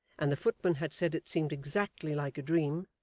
and the footman had said it seemed exactly like a dream,